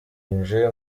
nje